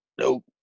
Nope